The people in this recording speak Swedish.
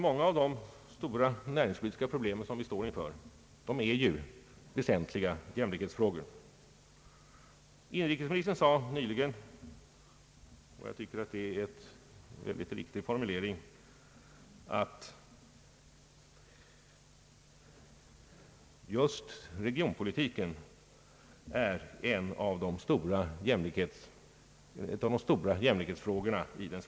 Många av de stora näringspolitiska problem som vi står inför är väsentliga jämlikhetsfrågor. Inrikesministern sade nyligen — jag tycker att det är en riktig formulering — att regionpolitiken är en av de stora jämlikhetsfrågorna.